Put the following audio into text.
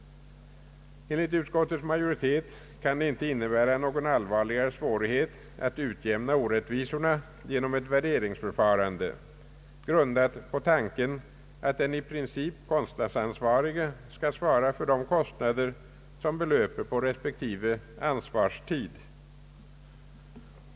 Enligt utskottets majoritet kan det inte innebära någon större svårighet att utjämna orättvisorna genom ett värderingsförfarande grundat på tanken att den i princip kostnadsansvarige skall svara för de kostnader som belöper på respektive ansvarstid.